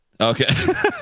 Okay